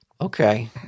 Okay